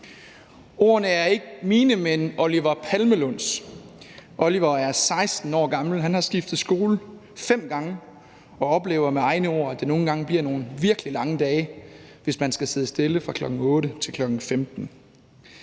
Ordene er ikke mine, men Oliver Palmelunds. Oliver er 16 år gammel. Han har skiftet skole 5 gange og oplever med egne ord, at det nogle gange bliver »nogle virkelig lange dage, hvis man skal sidde stille fra 8 til 15«.